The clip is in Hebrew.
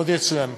עוד יצוין,